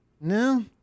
No